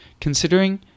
Considering